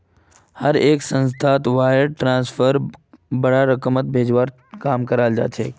हर एक संस्थात वायर ट्रांस्फरक बडा रकम भेजवार के कामत लगाल जा छेक